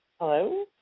Hello